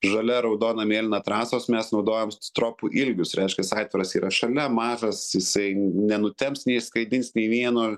žalia raudona mėlyna trasos mes naudojame stropų ilgius reiškias aitvaras yra šalia mažas jisai nenutemps neišskraidins nei vieno